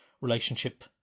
relationship